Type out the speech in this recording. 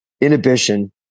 inhibition